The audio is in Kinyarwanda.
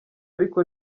ariko